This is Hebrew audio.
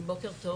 בוקר טוב